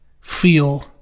feel